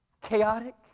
chaotic